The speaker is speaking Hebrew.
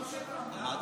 הוא אמר שתמה.